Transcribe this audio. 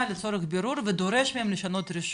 לצורך בירור ודורש מהם לשנות רישום.